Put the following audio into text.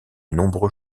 nombreux